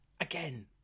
again